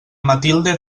matilde